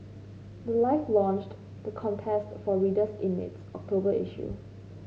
the life launched the contest for readers in its October issue